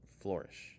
flourish